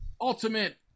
ultimate